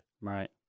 Right